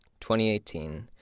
2018